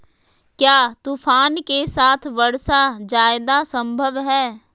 क्या तूफ़ान के साथ वर्षा जायदा संभव है?